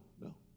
no